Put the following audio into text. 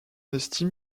estime